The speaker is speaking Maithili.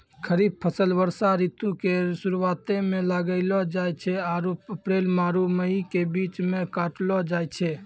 खरीफ फसल वर्षा ऋतु के शुरुआते मे लगैलो जाय छै आरु अप्रैल आरु मई के बीच मे काटलो जाय छै